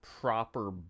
proper